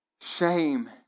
shame